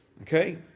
Okay